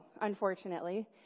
unfortunately